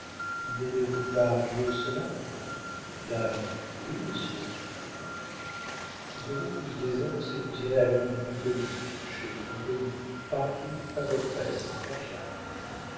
n'aimez-vous pas mieux cela dame oui monsieur vous aurez plus d'aisance et vous irez à l'ambigu-comique chez franconi partout à votre aise en fiacre